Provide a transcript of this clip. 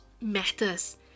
matters